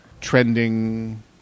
trending